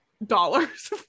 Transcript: dollars